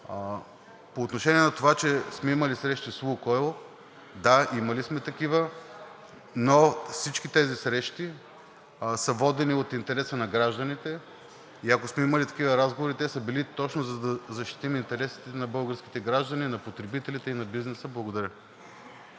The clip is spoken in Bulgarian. По отношение на това, че сме имали срещи с „Лукойл“. Да, имали сме такива, но всички тези срещи са водени от интереса на гражданите и ако сме имали такива разговори, те са били точно за да защитим интересите на българските граждани, на потребителите и на бизнеса. Благодаря.